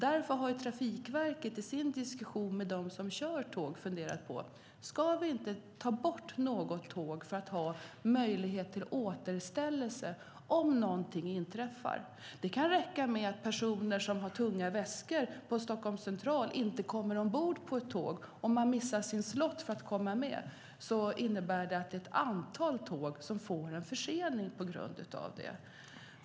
Därför har Trafikverket i sin diskussion med dem som kör tåg funderat på: Ska vi inte ta bort något tåg för att ha möjlighet till återställelse om någonting inträffar? Det kan räcka med att personer som har tunga väskor på Stockholms central inte kommer ombord på ett tåg och man missar sin slottid, vilket innebär att ett antal tåg får en försening.